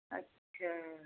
ਅੱਛਾ